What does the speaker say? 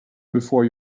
before